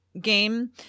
game